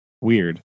weird